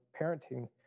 parenting